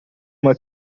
uma